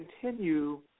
continue